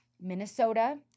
Minnesota